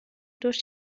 durch